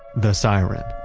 the siren